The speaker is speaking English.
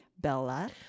Bella